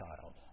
child